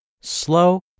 slow